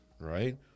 right